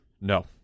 No